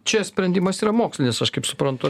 čia sprendimas yra mokslinis aš kaip suprantu